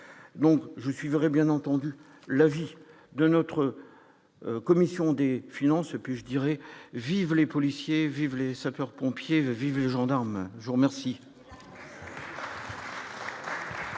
donc je suivrai bien entendu la vie de notre commission des finances puis je dirais vive les policiers vivent les sapeurs-pompiers de vive les gendarmes jour merci.